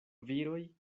viroj